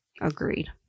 Agreed